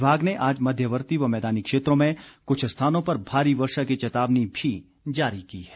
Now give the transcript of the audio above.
विभाग ने आज मध्यवर्ती व मैदानी क्षेत्रों में कुछ स्थानों पर भारी वर्षा की चेतावनी भी जारी की है